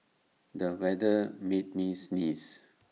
the weather made me sneeze